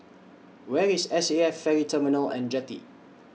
Where IS S A F Ferry Terminal and Jetty